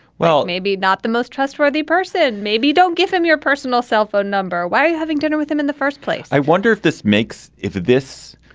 well, maybe not the most trustworthy person maybe don't give him your personal cell phone number. why are you having dinner with him in the first place? i wonder if this makes it this.